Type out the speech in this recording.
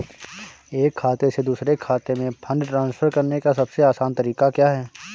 एक खाते से दूसरे खाते में फंड ट्रांसफर करने का सबसे आसान तरीका क्या है?